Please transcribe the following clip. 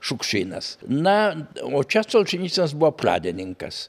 šukšinas na o čia solženicynas buvo pradininkas